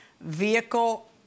Vehicle